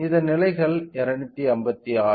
இதன் நிலைகள் 256